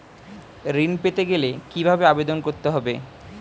ঋণ পেতে গেলে কিভাবে আবেদন করতে হবে?